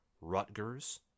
Rutgers